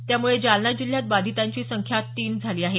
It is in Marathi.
त्यामुळे जालना जिल्ह्यात बाधितांची संख्या तीन झाली आहे